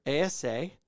ASA